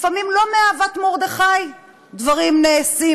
לפעמים לא מאהבת מרדכי דברים נעשים,